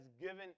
given